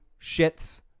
shits